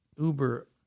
uber